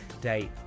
Day